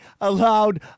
Allowed